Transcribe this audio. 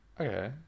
Okay